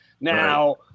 Now